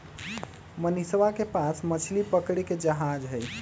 मनीषवा के पास मछली पकड़े के जहाज हई